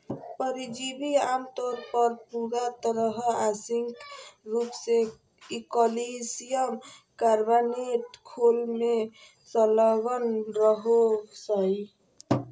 परिजीवी आमतौर पर पूरा तरह आंशिक रूप से कइल्शियम कार्बोनेट खोल में संलग्न रहो हइ